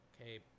okay